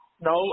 No